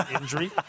injury